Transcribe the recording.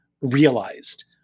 realized